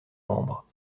membres